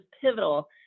pivotal